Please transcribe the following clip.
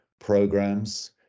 programs